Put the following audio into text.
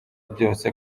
byose